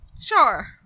Sure